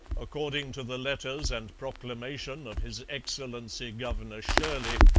according to the letters and proclamation of his excellency governor shirley,